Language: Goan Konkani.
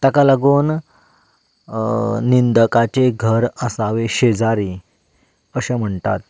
ताका लागून निंदकाचे घर असावे शेजारी अशें म्हणटात